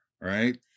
right